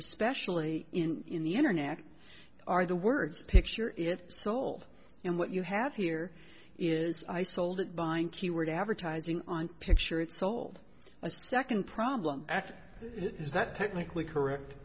especially in the internet are the words picture it sold and what you have here is i sold it buying keyword advertising on picture it sold a second problem act it is that technically correct